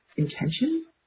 intention